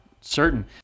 certain